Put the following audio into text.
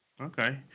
Okay